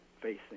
facing